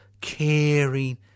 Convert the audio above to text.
caring